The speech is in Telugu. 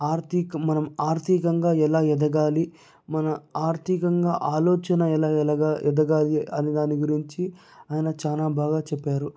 ఆర్థిక మనం ఆర్థికంగా ఎలా ఎదగాలి మన ఆర్థికంగా ఆలోచన ఎలా ఎలగాలి ఎదగాలి అనే దాని గురించి ఆయన చానా బాగా చెప్పారు